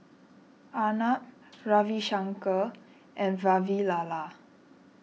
Arnab Ravi Shankar and Vavilala